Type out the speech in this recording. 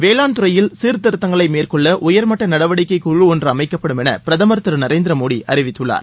வேளான் துறையில் சீர்திருத்தங்களை மேற்கொள்ள உயர்மட்ட நடவடிக்கைக் குழு நஞ்று அமைக்கப்படும் என பிரதமர் திரு நரேந்திர மோடி அறிவித்துள்ளார்